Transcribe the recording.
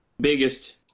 biggest